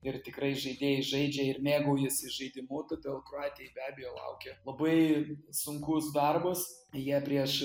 ir tikrai žaidėjai žaidžia ir mėgaujasi žaidimu todėl kroatijai be abejo laukia labai sunkus darbas jie prieš